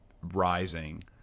rising